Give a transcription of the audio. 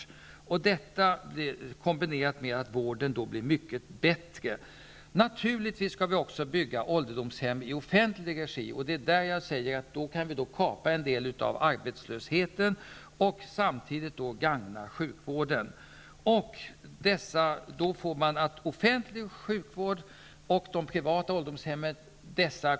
Detta är kombinerat med att vården blir mycket bättre. Vi skall naturligtvis också bygga ålderdomshem i offentlig regi. Då kan vi kapa en del av arbetslösheten och samtidigt gagna sjukvården. Då konkurrerar offentlig sjukvård och privata ålderdomshem.